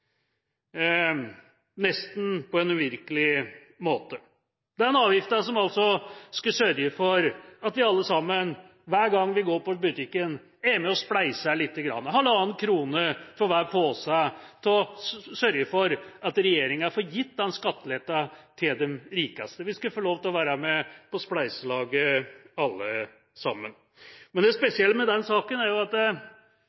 nesten på en uvirkelig måte: den avgifta som altså skulle sørge for at vi alle sammen, hver gang vi går på butikken, er med og spleiser lite grann, halvannen krone for hver pose, for å sørge for at regjeringa får gitt skatteletten til de rikeste. Vi skulle få lov til å være med på spleiselaget alle sammen. Men det